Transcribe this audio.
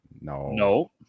No